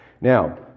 now